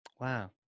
Wow